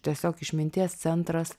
tiesiog išminties centras